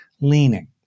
leaning